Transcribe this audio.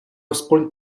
aspoň